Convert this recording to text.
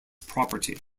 property